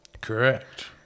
Correct